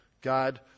God